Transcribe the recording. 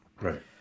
Right